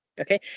Okay